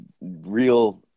real